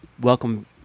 welcome